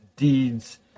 Deeds